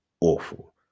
awful